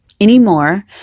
anymore